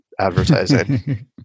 advertising